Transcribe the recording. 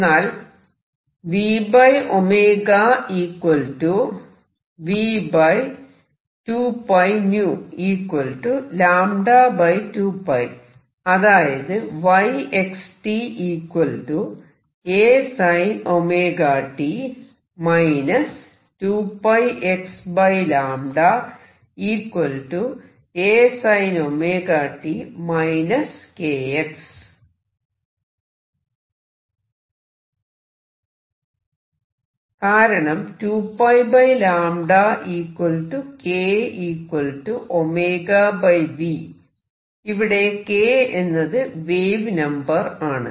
എന്നാൽ അതായത് കാരണം 2πλ k ⍵v ഇവിടെ k എന്നത് വേവ് നമ്പർ ആണ്